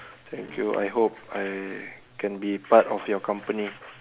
thank you I hope I can be part of your company